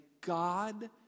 God